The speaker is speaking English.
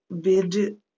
bid